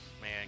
Man